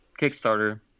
Kickstarter